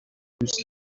دوست